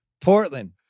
Portland